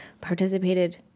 participated